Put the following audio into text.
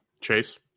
Chase